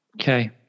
Okay